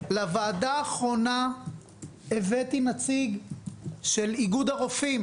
לוועדה האחרונה הבאתי נציג של איגוד הרופאים